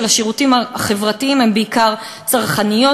השירותים החברתיים הם בעיקר צרכניות,